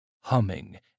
humming